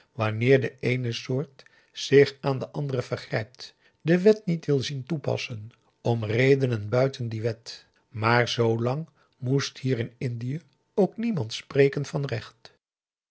wanneer de eene soort zich aan de andere vergrijpt de wet niet wil zien toepassen om redenen buiten die wet maar zoolang moest hier in indië ook niemand spreken van recht